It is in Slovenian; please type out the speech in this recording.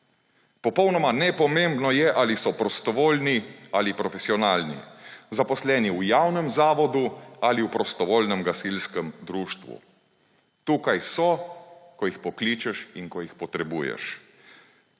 popolnoma nepomembno je, ali so prostovoljni ali profesionalni, zaposleni v javnem zavodu ali v prostovoljnem gasilskem društvu. Tukaj so, ko jih pokličeš in ko jih potrebuješ.